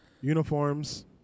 uniforms